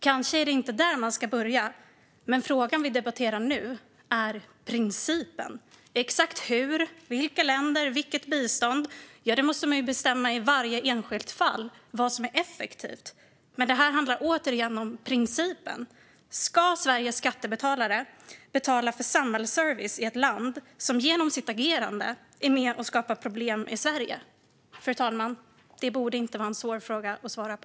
Kanske är det inte där man ska börja, men frågan vi debatterar nu gäller principen. Exakt hur det ska vara och vilka länder och vilket bistånd det ska gälla måste man bestämma i varje enskilt fall. Det handlar om vad som är effektivt. Det här handlar återigen om principen: Ska Sveriges skattebetalare betala för samhällsservice i ett land som genom sitt agerande är med och skapar problem i Sverige? Fru talman! Det borde inte vara en svår fråga att svara på.